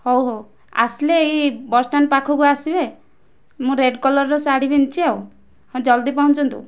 ହେଉ ହେଉ ଆସିଲେ ଏଇ ବସ୍ଷ୍ଟାଣ୍ଡ ପାଖକୁ ଆସିବେ ମୁଁ ରେଡ୍ କଲର୍ର ଶାଢ଼ୀ ପିନ୍ଧିଛି ଆଉ ହଁ ଜଲଦି ପହଞ୍ଚନ୍ତୁ